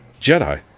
Jedi